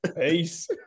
peace